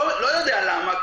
לא יודע למה,